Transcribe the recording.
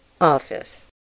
office